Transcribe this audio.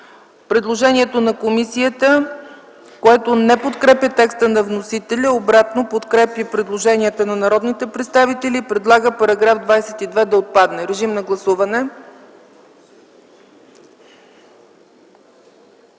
предложението на комисията, която не подкрепя текста на вносителя – обратно, подкрепя предложенията на народните представители, и предлага § 22 да отпадне. Моля, гласувайте.